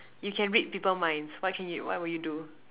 you can read people minds what can you what will you do